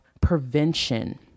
prevention